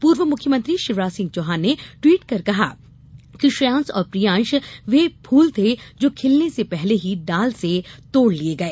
पूर्व मुख्यमंत्री षिवराज सिंह चौहान ने ट्वीट कर कहा कि श्रेयांश और प्रियांश वे फूल थे जो खिलने के पहले ही डाल से तोड़ लिए गए